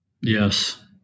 yes